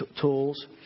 tools